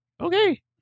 okay